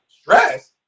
Stress